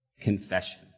confession